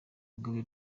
mugabe